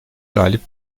galip